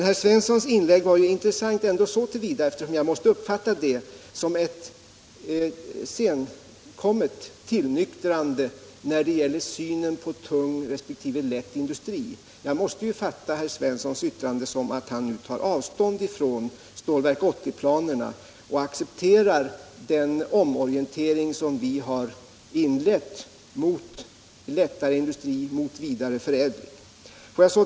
Herr Svenssons i Malmö inlägg var emellertid intressant så till vida att jag måste uppfatta det som ett senkommet tillnyktrande när det gäller synen på tung resp. lätt industri. Jag måste uppfatta hans yttrande som att han nu tar avstånd ifrån Stålverk 80-planerna och accepterar den omorientering mot lättare industri och vidareförädling som vi har inlett.